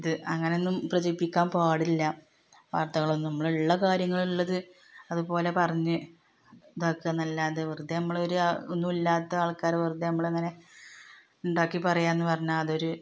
ഇത് അങ്ങനെ ഒന്നും പ്രചരിപ്പിക്കാൻ പാടില്ല വാർത്തകളൊന്നും നമ്മൾ ഉള്ള കാര്യങ്ങൾ ഉള്ളത് അത്പോലെ പറഞ്ഞ് ഇതാക്കുക എന്നല്ലാതെ വെറുതെ നമ്മൾ ഒരു ഒന്നുമല്ലാത്ത ആൾക്കാരെ വെറുതെ നമ്മൾ ഇങ്ങനെ ഉണ്ടാക്കി പറയാമെന്ന് പറഞ്ഞാൽ അത് ഒരു